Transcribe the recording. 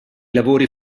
lavori